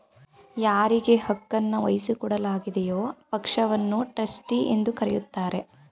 ಯಾರಿಗೆ ಹಕ್ಕುನ್ನ ವಹಿಸಿಕೊಡಲಾಗಿದೆಯೋ ಪಕ್ಷವನ್ನ ಟ್ರಸ್ಟಿ ಎಂದು ಕರೆಯುತ್ತಾರೆ